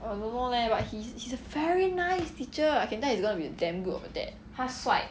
I don't know leh what he's he's a very nice teacher I can tell he's gonna be damn good of a dad